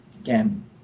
again